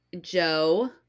Joe